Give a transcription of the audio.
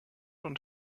und